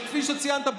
וכפי שציינת,